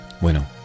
Bueno